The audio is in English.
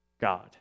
God